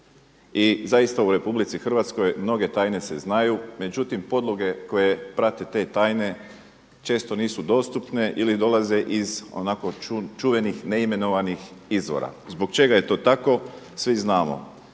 I zaista u RH mnoge tajne se znaju, međutim podloge koje prate te tajne često nisu dostupne ili dolaze iz onako čuvenih, neimenovanih izvora. Zbog čega je to tako, svi znamo.